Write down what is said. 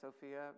Sophia